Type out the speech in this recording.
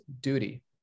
duty